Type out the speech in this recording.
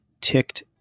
ticked